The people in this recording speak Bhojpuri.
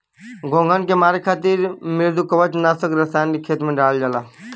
घोंघन के मारे खातिर मृदुकवच नाशक रसायन के खेत में डालल जाला